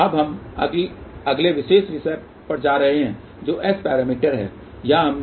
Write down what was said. अब हम अगले विशेष विषय पर जा रहे हैं जो S पैरामीटर है